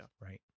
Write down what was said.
right